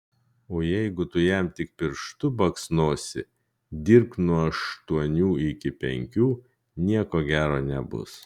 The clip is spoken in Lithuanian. o jeigu tu jam tik pirštu baksnosi dirbk nuo aštuonių iki penkių nieko gero nebus